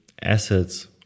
assets